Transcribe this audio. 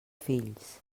fills